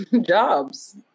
jobs